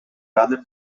rather